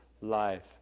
life